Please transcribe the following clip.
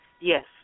Yes